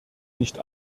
nicht